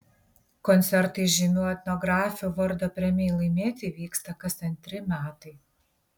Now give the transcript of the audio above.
koncertai žymių etnografių vardo premijai laimėti vyksta kas antri metai